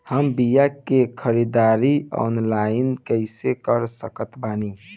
हम बीया के ख़रीदारी ऑनलाइन कैसे कर सकत बानी?